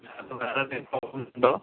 സാറിന് അപ്പോൾ വേറെ എന്തെങ്കിലും പ്രോബ്ലം ഉണ്ടോ